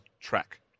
track